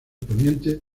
poniente